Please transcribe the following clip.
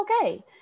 okay